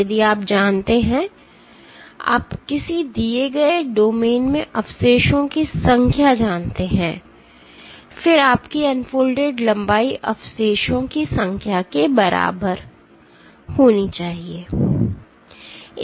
यदि आप जानते हैं यदि आप किसी दिए गए डोमेन में अवशेषों की संख्या जानते हैं फिर आपकी अनफोल्डेड लंबाई अवशेषों की संख्या के बराबर गुणा करके होनी चाहिए